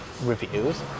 Reviews